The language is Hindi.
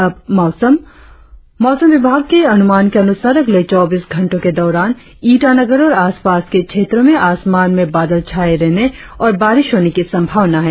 और अब मौसम मौसम विभाग के अनुमान के अनुसार अगले चौबीस घंटो के दौरान ईटानगर और आसपास के क्षेत्रो में आसमान में बादल छाये रहने और बारिश होने की संभावना है